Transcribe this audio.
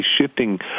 shifting